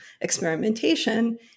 experimentation